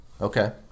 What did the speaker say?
Okay